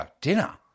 dinner